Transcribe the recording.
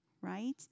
Right